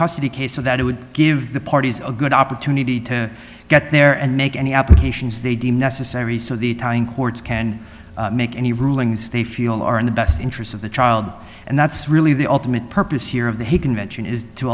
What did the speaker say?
custody case so that it would give the parties a good opportunity to get there and make any applications they deem necessary so the tying courts can make any rulings they feel are in the best interests of the child and that's really the ultimate purpose here of the hague convention is to